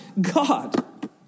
God